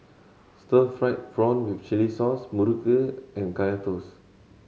stir fried prawn with chili sauce muruku and Kaya Toast